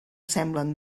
semblen